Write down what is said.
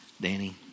Danny